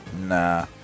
Nah